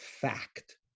fact